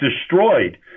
destroyed –